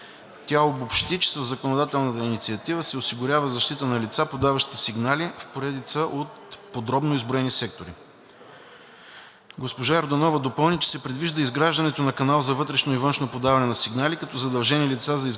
Тя обобщи, че със законодателната инициатива се осигурява защита на лицата, подаващи сигнали, в поредица от подробно изброени сектори. Госпожа Йорданова допълни, че се предвижда изграждането на канал за вътрешно и външно подаване на сигнали, като задължени лица за изграждането